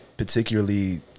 Particularly